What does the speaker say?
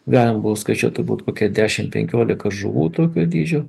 galim buvo skaičiuot turbūt kokia dešimt penkiolika žuvų tokio dydžio